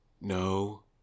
no